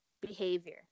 behavior